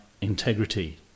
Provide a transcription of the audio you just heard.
integrity